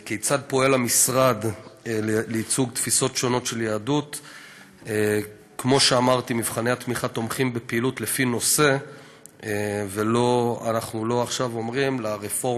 4. כיצד פועל